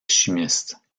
chimistes